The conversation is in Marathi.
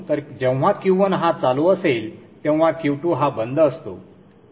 तर जेव्हा Q1 हा चालू असेल तेव्हा Q2 हा बंद असतो